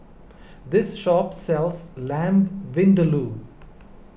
this shop sells Lamb Vindaloo